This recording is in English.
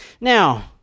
Now